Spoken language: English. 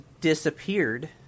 disappeared